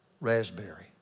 raspberry